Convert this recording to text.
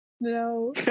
No